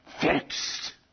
Fixed